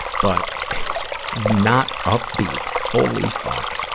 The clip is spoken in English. but not upbeat. holy fuck!